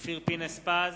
אופיר פינס-פז,